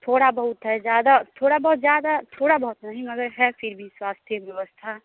थोड़ा बहुत है ज्यादा थोड़ा बहुत ज्यादा थोड़ा बहुत नहीं मगर है फिर भी स्वास्थ्य केंद्र व्यवस्था